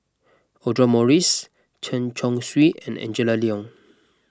Audra Morrice Chen Chong Swee and Angela Liong